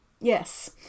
Yes